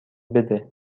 بده